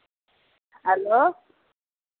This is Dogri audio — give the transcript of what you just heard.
हैलो